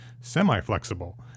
semi-flexible